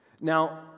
now